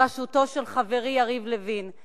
בראשותו של חברי יריב לוין,